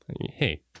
hey